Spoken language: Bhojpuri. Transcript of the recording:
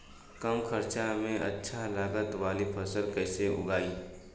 कम खर्चा में अच्छा लागत वाली फसल कैसे उगाई?